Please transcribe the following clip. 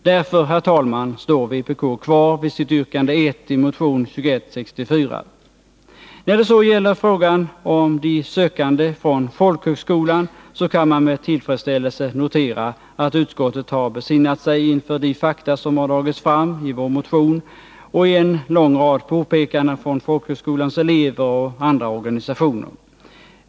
Därför, herr talman, står vpk kvar vid yrkande 1 i motion 2164. När det så gäller frågan om de sökande från folkhögskolan kan man med tillfredsställelse notera att utskottet har besinnat sig inför de fakta som har dragits fram i vår motion och i en lång rad påpekanden från folkhögskolans elever och från andra organisationer.